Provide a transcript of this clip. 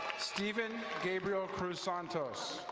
steven gabriel cruz-santos.